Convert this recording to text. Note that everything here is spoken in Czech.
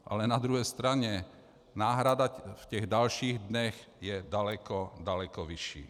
Ale na druhé straně náhrada v těch dalších dnech je daleko, daleko vyšší.